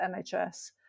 NHS